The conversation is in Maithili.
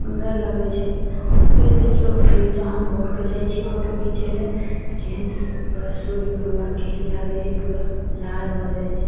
सुन्दर लगै छै से देखियौ फेर जहन भोरके जाइत छियै फोटो खिचैलए तऽ केहन सूर्य भगबान केहन लागैत छै पूरा लाल भऽ जाइत छै